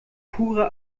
pure